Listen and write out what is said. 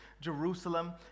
Jerusalem